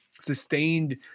sustained